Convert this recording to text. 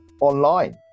online